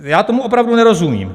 Já tomu opravdu nerozumím.